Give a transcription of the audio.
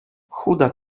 chuda